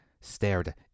stared